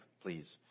please